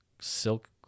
silk